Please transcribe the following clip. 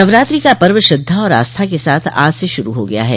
नवरात्रि का पर्व श्रद्धा और आस्था के साथ आज से शूरू हो गया है